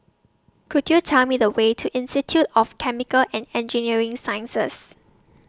Could YOU Tell Me The Way to Institute of Chemical and Engineering Sciences